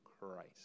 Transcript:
Christ